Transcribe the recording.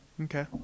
okay